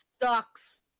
sucks